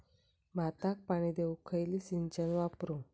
भाताक पाणी देऊक खयली सिंचन वापरू?